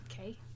Okay